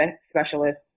specialist